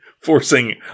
forcing